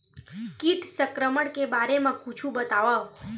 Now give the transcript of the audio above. कीट संक्रमण के बारे म कुछु बतावव?